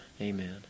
Amen